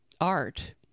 art